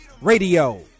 radio